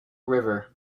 river